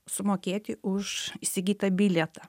sumokėti už įsigytą bilietą